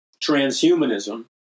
transhumanism